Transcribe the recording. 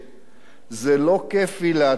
'זה לא כיפי להטיל מסים'.